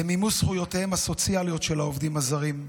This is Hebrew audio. למימוש זכויותיהם הסוציאליות של העובדים הזרים,